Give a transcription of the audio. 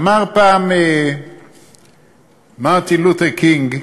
אמר פעם מרטין לותר קינג,